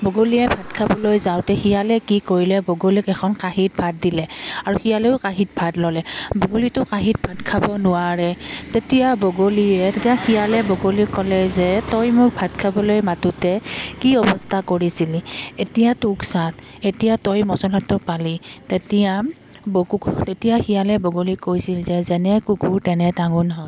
বগলীয়ে ভাত খাবলৈ যাওঁতে শিয়ালে কি কৰিলে বগলীক এখন কাঁহীত ভাত দিলে আৰু শিয়ালেও কাঁহীত ভাত ল'লে বগলীয়েতো কাঁহীত ভাত খাব নোৱাৰে তেতিয়া বগলীয়ে তেতিয়া শিয়ালে বগলীক ক'লে যে তই মোক ভাত খাবলৈ মাতোঁতে কি অৱস্থা কৰিছিলি এতিয়া তোক চা এতিয়া তই মচলটো পালি তেতিয়া বুকু তেতিয়া শিয়ালে বগলীক কৈছিল যে যেনে কুকুৰ তেনে টাঙোন হয়